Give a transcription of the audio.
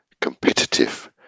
competitive